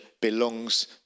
belongs